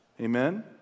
Amen